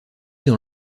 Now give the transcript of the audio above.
dans